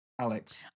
Alex